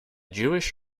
jewish